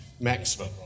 maximum